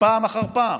פעם אחר פעם.